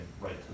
right